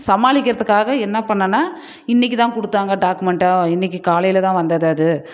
சமாளிக்கிறதுக்காக என்ன பண்ணேன்னா இன்னைக்கு தான் கொடுத்தாங்க டாக்குமெண்ட்டை இன்னைக்கு காலையில் தான் வந்தது அது